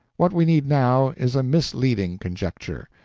what we need, now, is a misleading conjecture.